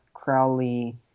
Crowley